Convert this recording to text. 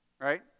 right